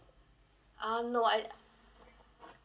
um no I